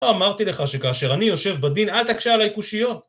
אמרתי לך שכאשר אני יושב בדין אל תקשה עלי קושיות